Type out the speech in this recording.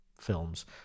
films